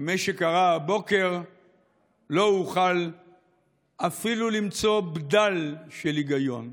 במה שקרה הבוקר לא אוכל למצוא אפילו בדל של היגיון.